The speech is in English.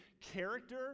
character